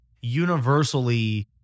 universally